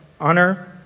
Honor